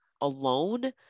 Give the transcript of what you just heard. alone